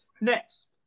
next